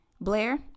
Blair